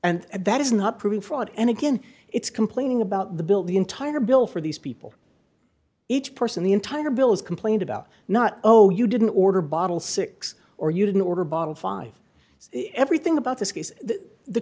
and that is not proving fraud and again it's complaining about the bill the entire bill for these people each person the entire bill is complained about not oh you didn't order bottle six or you didn't order bottle five everything about th